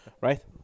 Right